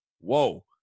whoa